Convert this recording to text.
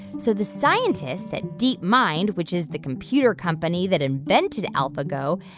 so the scientists at deepmind, which is the computer company that invented alphago,